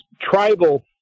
tribal